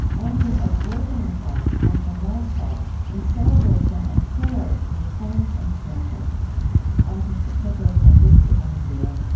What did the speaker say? ending or breaking the fast after nightfall in celebration and prayers with friends and strangers i'm krista tippett, and this is on being